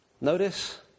Notice